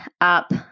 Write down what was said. up